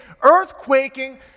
earthquaking